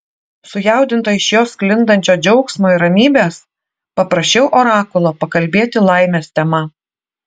sujaudinta iš jo sklindančio džiaugsmo ir ramybės paprašiau orakulo pakalbėti laimės tema